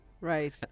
Right